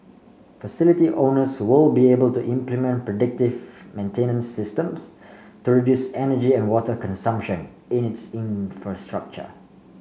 facility owners will be able to implement predictive maintenance systems to reduce energy and water consumption in its infrastructure